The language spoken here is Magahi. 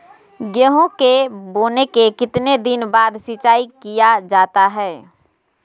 गेंहू के बोने के कितने दिन बाद सिंचाई किया जाता है?